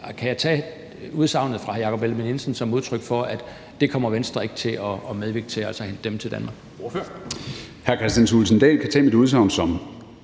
kan jeg tage udsagnet fra hr. Jakob Ellemann-Jensen som udtryk for, at Venstre ikke kommer til at medvirke til at hente dem til Danmark?